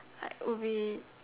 like would be